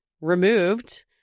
removed